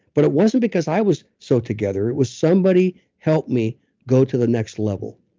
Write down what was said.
but it wasn't because i was so together, it was somebody helped me go to the next level.